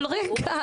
רגע.